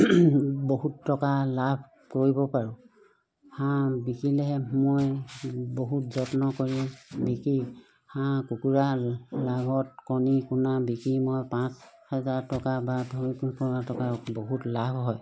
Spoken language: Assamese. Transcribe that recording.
বহুত টকা লাভ কৰিব পাৰোঁ হাঁহ বিকিলেহে মই বহুত যত্ন কৰিম বিকি হাঁহ কুকুৰা লাভত কণী কোণা বিকি মই পাঁচ হাজাৰ টকা বা ধৰি কোনো টকা বহুত লাভ হয়